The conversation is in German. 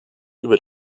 über